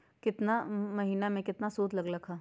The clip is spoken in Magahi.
केतना महीना में कितना शुध लग लक ह?